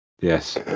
Yes